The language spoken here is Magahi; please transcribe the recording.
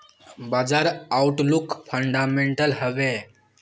बाजार आउटलुक फंडामेंटल हैवै?